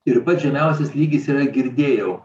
ir pats žemiausias lygis yra girdėjau